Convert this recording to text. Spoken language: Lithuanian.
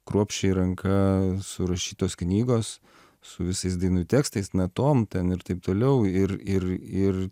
kruopščiai ranka surašytos knygos su visais dainų tekstais natom ten ir taip toliau ir ir ir